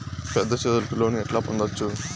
పెద్ద చదువులకు లోను ఎట్లా పొందొచ్చు